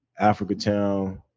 Africatown